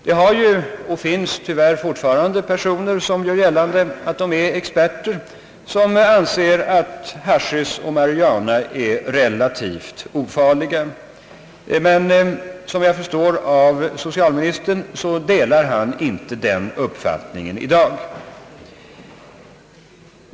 Det finns tyvärr fortfarande personer som gör gällande — personer som är experter — att haschisch och marijuana är ofarliga, men såvitt jag förstår delar socialministern inte den uppfattningen i dag.